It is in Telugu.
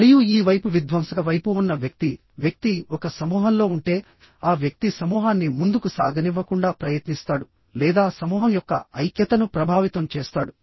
మరియు ఈ వైపుః విధ్వంసక వైపు ఉన్న వ్యక్తి వ్యక్తి ఒక సమూహంలో ఉంటే ఆ వ్యక్తి సమూహాన్ని ముందుకు సాగనివ్వకుండా ప్రయత్నిస్తాడు లేదా సమూహం యొక్క ఐక్యతను ప్రభావితం చేస్తాడు